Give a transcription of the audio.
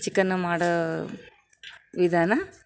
ಚಿಕನ್ನ ಮಾಡೋ ವಿಧಾನ